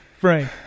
Frank